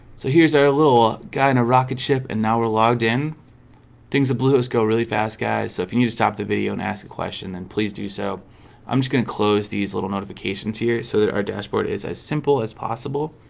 so here's our ah little guy in a rocket ship and now we're logged in things that blew us go really fast guys. so if you need to stop the video and ask a question then please do so i'm just gonna close these little notifications here so that our dashboard is as simple as possible